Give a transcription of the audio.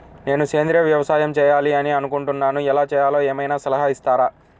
నేను సేంద్రియ వ్యవసాయం చేయాలి అని అనుకుంటున్నాను, ఎలా చేయాలో ఏమయినా సలహాలు ఇస్తారా?